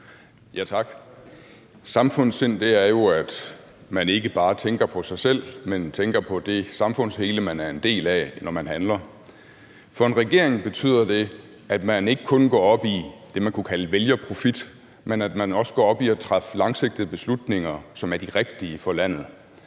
Tak. Samfundssind er jo, at man ikke bare tænker på sig selv, men tænker på det samfundshele, man er en del af, når man handler. For en regering betyder det, at man ikke kun går op i det, man kunne kalde vælgerprofit, men at man også går op i at træffe langsigtede beslutninger, som er de rigtige for landet.